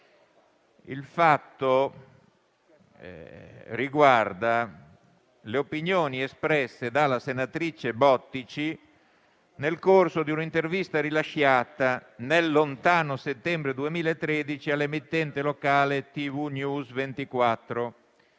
Il fatto riguarda le opinioni espresse dalla senatrice Bottici nel corso di un'intervista rilasciata nel lontano settembre 2013 alle emittente locale TV News 24,